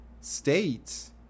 States